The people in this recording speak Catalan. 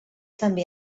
també